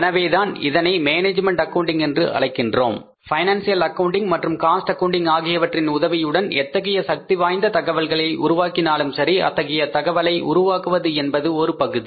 எனவே தான் இதனை மேனேஜ்மெண்ட் அக்கவுண்டிங் என்று அழைக்கின்றோம் பைனான்சியல் அக்கவுன்டிங் மற்றும் காஸ்ட் அக்கவுன்டிங் ஆகியவற்றின் உதவியுடன் எத்தகைய சக்தி வாய்ந்த தகவல்களை உருவாக்கினாலும் சரி அத்தகைய தகவலை உருவாக்குவது என்பது ஒரு பகுதி